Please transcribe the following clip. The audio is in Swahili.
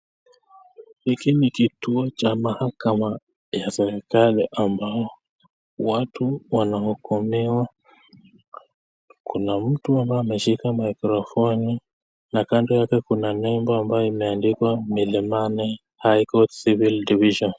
Hiki ni kituo cha mahakama ya serikali ambao watu wanahukumiwa. Kuna mtu ambaye ameshika mikrofoni na kando yake kuna nyumba ambayo imeandikwa militani (cs)high court civil division(cs).